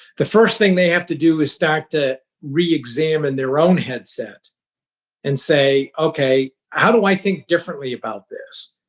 the first thing they have to do is start to reexamine their own headset and say, okay, how do i think differently about this?